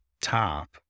top